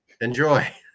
enjoy